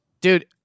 Dude